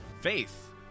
Faith